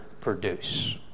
produce